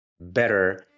better